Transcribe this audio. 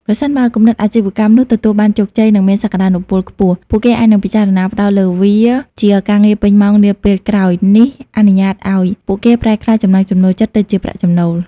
ប្រសិនបើគំនិតអាជីវកម្មនោះទទួលបានជោគជ័យ និងមានសក្តានុពលខ្ពស់ ពួកគេអាចនឹងពិចារណាផ្តោតលើវាជាការងារពេញម៉ោងនាពេលក្រោយ នេះអនុញ្ញាតឱ្យពួកគេប្រែក្លាយចំណង់ចំណូលចិត្តទៅជាប្រាក់ចំណូល។